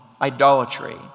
Idolatry